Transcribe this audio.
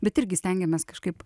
bet irgi stengiamės kažkaip